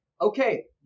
Okay